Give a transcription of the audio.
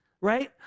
right